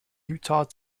utah